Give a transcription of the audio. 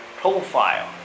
profile